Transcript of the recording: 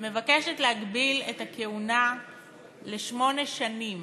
מבקשת להגביל את הכהונה לשמונה שנים,